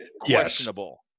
questionable